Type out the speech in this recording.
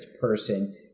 person